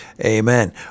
Amen